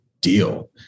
deal